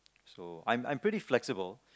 so I'm I'm pretty flexible